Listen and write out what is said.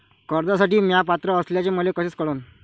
कर्जसाठी म्या पात्र असल्याचे मले कस कळन?